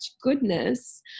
goodness